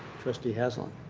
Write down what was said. trustee haslund?